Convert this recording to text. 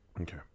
Okay